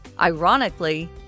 Ironically